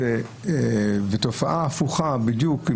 ותופעה הפוכה בדיוק.